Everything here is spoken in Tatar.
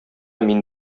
мин